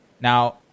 Now